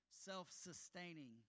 self-sustaining